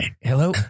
hello